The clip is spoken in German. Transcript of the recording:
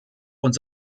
und